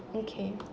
okay